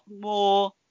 more